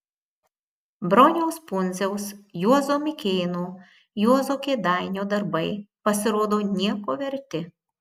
broniaus pundziaus juozo mikėno juozo kėdainio darbai pasirodo nieko verti